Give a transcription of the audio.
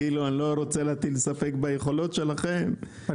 אני לא רוצה להטיל ספק ביכולות שלכם לא משנה,